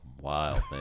wild